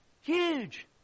Huge